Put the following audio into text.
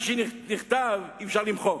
מה שנכתב אי-אפשר למחוק.